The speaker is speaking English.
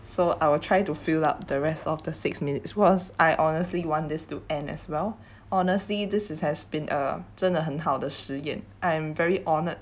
so I will try to fill up the rest of the six minutes was I honestly want this to end as well honestly this is has been a 真的很好的实验 I'm very honoured